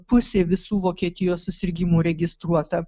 pusė visų vokietijos susirgimų registruota